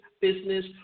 business